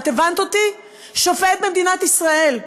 את הבנת אותי?" שופט במדינת ישראל,